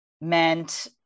meant